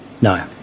No